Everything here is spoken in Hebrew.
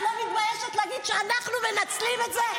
את לא מתביישת להגיד שאנחנו מנצלים את זה?